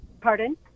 Pardon